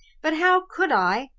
but how could i?